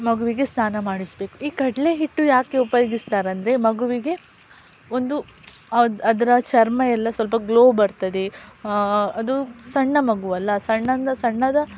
ಮಗುವಿಗೆ ಸ್ನಾನ ಮಾಡಿಸಬೇಕು ಈ ಕಡಲೆ ಹಿಟ್ಟು ಯಾಕೆ ಉಪಯೋಗಿಸ್ತಾರೆಂದರೆ ಮಗುವಿಗೆ ಒಂದು ಅದರೆ ಚರ್ಮ ಎಲ್ಲ ಸ್ವಲ್ಪ ಗ್ಲೋ ಬರ್ತದೆ ಅದು ಸಣ್ಣ ಮಗುವಲ್ಲ ಸಣ್ಣ ಸಣ್ಣದ